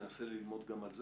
ננסה ללמוד גם על זה.